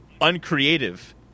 uncreative